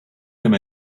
them